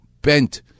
bent